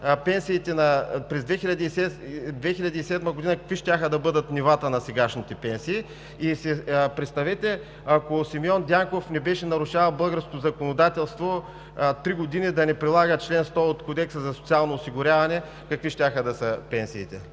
пенсиите през 2007 г., какви щяха да бъдат нивата на сегашните пенсии. И си представете, ако Симеон Дянков не беше нарушавал българското законодателство три години да не прилага чл. 100 от Кодекса за социално осигуряване, какви щяха да са пенсиите.